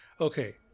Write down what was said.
Okay